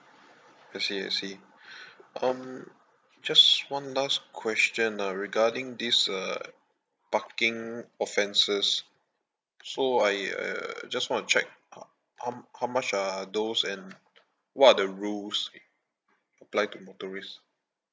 I see I see um just one last question ah regarding this uh parking offences so I uh just want to check how how much are those and what are the rules applied to motorist